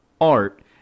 art